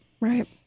Right